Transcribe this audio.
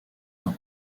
leur